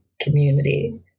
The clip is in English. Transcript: community